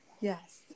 yes